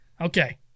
Okay